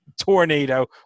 tornado